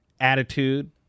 attitude